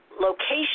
location